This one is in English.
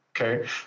Okay